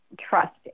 trust